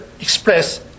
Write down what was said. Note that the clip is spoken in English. express